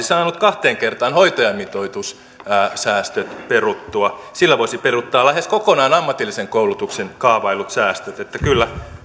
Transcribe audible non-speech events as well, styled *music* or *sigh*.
*unintelligible* saanut kahteen kertaan hoitajamitoitussäästöt peruttua sillä voisi peruuttaa lähes kokonaan ammatillisen koulutuksen kaavaillut säästöt kyllä